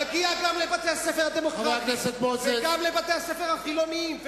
מגיע גם לבתי-הספר הדמוקרטיים וגם לבתי-הספר החילוניים,